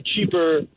cheaper